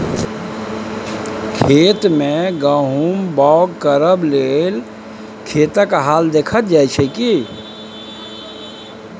खेत मे गहुम बाउग करय लेल खेतक हाल देखल जाइ छै